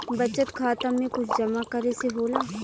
बचत खाता मे कुछ जमा करे से होला?